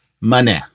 money